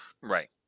Right